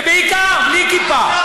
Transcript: ובעיקר בלי כיפה.